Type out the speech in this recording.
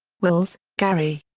wills, garry.